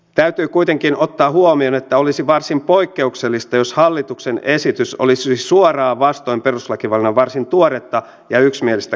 täytyy kuitenkin ottaa huomioon että olisi varsin poikkeuksellista jos hallituksen esitys olisi suoraan vastoin perustuslakivaliokunnan varsin tuoretta ja yksimielistä kannanottoa